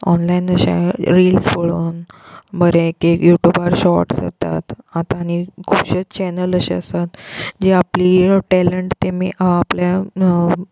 online अशे reels पोळोन बरें एक एक यू ट्युबार शॉट्स येतात आतां आनी खुबशे चॅनल अशे आसात जे आपली टेलंट तेमी आपल्या